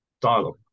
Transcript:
dialogue